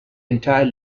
entire